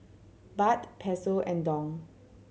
Baht Peso and Dong